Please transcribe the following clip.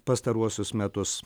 pastaruosius metus